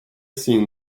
seen